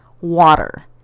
water